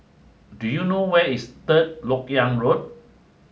do you know where is Third Lok Yang Road